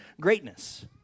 greatness